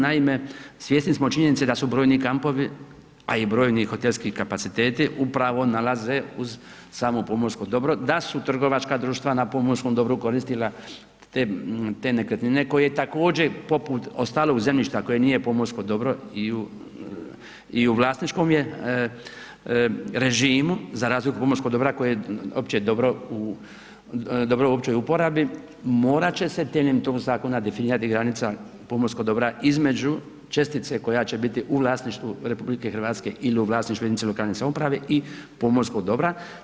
Naime, svjesni smo činjenice da su brojni kampovi, a i brojni hotelski kapaciteti upravo nalaze uz samo pomorsko dobro, da su trgovačka društva na pomorskom dobru koristila te nekretnine koje također poput ostalog zemljišta koje nije pomorsko dobro i u vlasničkom je režimu za razliku od pomorskog dobra koje je opće dobro u, dobro u općoj uporabi, morat će se temeljem tog zakona definirati granica pomorskog dobra između čestice koja će biti u vlasništvu RH il u vlasništvu jedinice lokalne samouprave i pomorskog dobra.